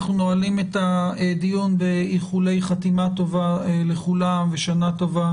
אנחנו נועלים את הדיון באיחולי חתימה טובה לכולם ושנה טובה